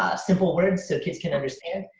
simple words so kids can understand.